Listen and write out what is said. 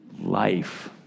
life